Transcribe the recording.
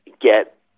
get